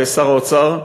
שר האוצר,